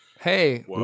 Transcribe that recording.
hey